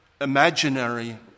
imaginary